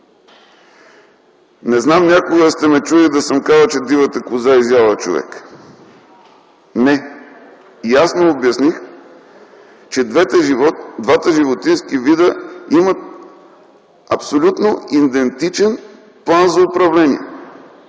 Не зная някога да сте ме чули да съм казвал, че дивата коза е изяла човек. Не, ясно обясних, че двата животински вида имат абсолютно идентичен план за управление